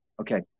Okay